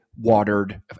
watered